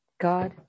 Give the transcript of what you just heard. God